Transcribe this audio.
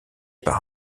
par